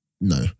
no